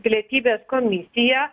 pilietybės komisija